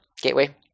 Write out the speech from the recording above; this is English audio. gateway